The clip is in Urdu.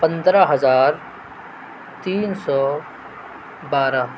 پندرہ ہزار تین سو بارہ